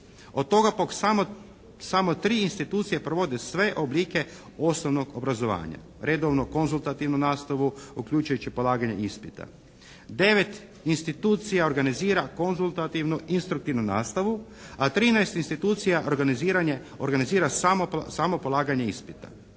Od toga pak samo 3 institucije provode sve oblike osnovnog obrazovanja. Redovnu, konzultativnu nastavu, uključujući i polaganje ispita. 9 institucija organizira konzultativnu instruktivnu nastavu, a 13 institucija organizira samo polaganje ispita.